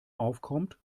aufkommt